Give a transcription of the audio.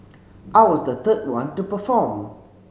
I was the the one to perform